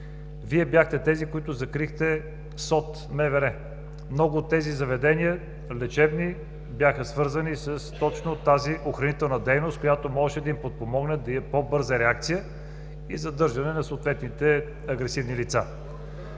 Вие бяхте тези, които закрихте СОТ в МВР. Много от тези лечебни заведения бяха свързани с точно тази охранителна дейност, която можеше да им подпомогне да има по-бърза реакция и задържане на съответните агресивни лица.